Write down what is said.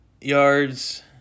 yards